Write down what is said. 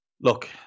look